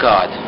God